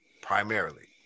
primarily